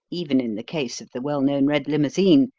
even in the case of the well-known red limousine,